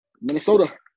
Minnesota